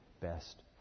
best